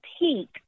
peak